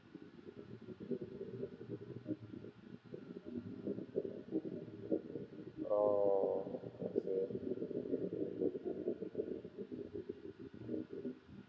oh okay